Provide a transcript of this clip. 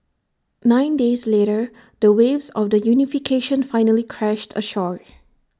nine days later the waves of the unification finally crashed ashore